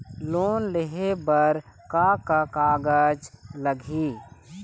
Loan लेहे बर का का कागज लगही?